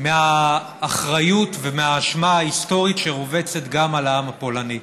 מהאחריות ומהאשמה ההיסטורית שרובצת גם על העם הפולני.